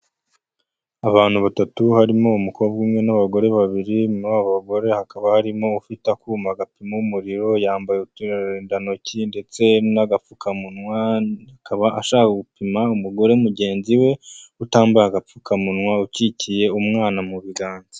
Abantu batatu harimo umukobwa umwe n'abagore babiri, muri abo abagore hakaba harimo ufite akuma gapima umuriro, yambaye uturindantoki ndetse n'agapfukamunwa, akaba ashaka gupima umugore mugenzi we utambaye agapfukamunwa, ukikiye umwana mu biganza.